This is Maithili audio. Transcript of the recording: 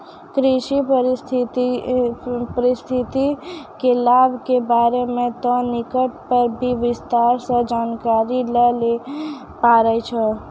कृषि पारिस्थितिकी के लाभ के बारे मॅ तोहं नेट पर भी विस्तार सॅ जानकारी लै ल पारै छौ